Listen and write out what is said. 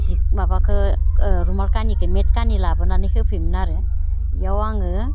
सि माबाखौ रुमाल कानिखौ मेट कानि लाबोनानै होफैयोमोन आरो बेयाव आङो